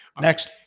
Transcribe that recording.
next